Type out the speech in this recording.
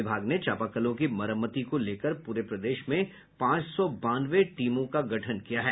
विभाग ने चापाकलों की मरम्मति को लेकर पूरे प्रदेश में पांच सौ बानवे टीमों का गठन किया है